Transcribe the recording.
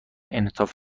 انعطاف